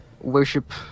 worship